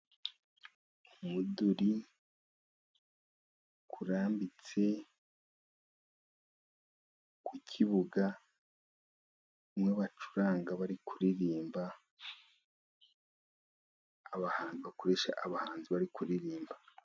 Umuduri urambitse ku kibuga, umwe bacuranga bari kuririmba, abahanzi bakoresha bari kuririmba.